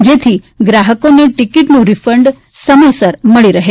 જેથી ગ્રાહકોને ટિકિટનું રિફંડ સમયસર મળી શકે